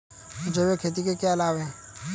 जैविक खेती के क्या लाभ हैं?